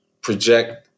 project